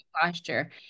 posture